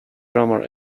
drummer